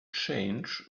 change